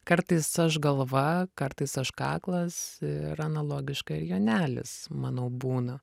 kartais aš galva kartais aš kaklas ir analogiškai ir jonelis manau būna